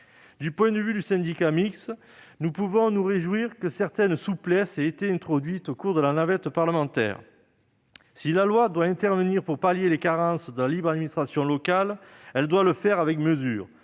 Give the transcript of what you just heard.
Du point de vue du syndicat mixte, nous pouvons nous réjouir que certaines souplesses aient été introduites au cours de la navette parlementaire. Si la loi doit intervenir pour pallier les carences de la libre administration locale, elle doit le faire avec mesure,